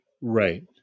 right